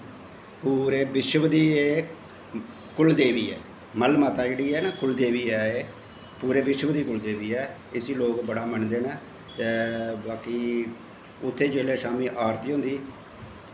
पूरे विश्व दी एह् कुल देवी ऐ मल माता जेह्ड़ी ऐ न कुल देवी ऐ एह् पूरे विश्व दी कुल देवी ऐ इसी लोग बड़ा मन्नदे न ते बाकी उत्थें जेल्लै शाम्मी आरती होंदी